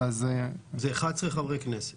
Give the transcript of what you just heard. ל-11 חברי כנסת